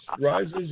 Rises